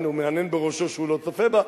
הנה, הוא מהנהן בראשו שהוא לא צופה בה.